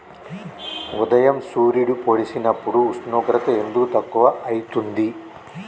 ఉదయం సూర్యుడు పొడిసినప్పుడు ఉష్ణోగ్రత ఎందుకు తక్కువ ఐతుంది?